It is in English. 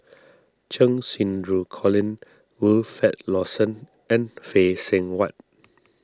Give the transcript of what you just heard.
Cheng Xinru Colin Wilfed Lawson and Phay Seng Whatt